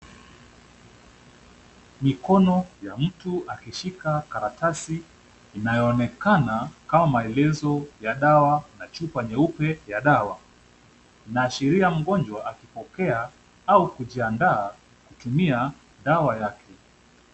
Mikono ya mtu akishika karatasi, inayoonekana kama maelezo ya dawa na chupa nyeupe ya dawa. Inaashiria mgonjwa akipokea au kujiandaa kutumia dawa yake.